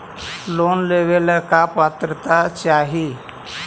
Loan लेवेला का पात्रता चाही?